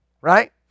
Right